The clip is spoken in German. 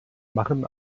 machen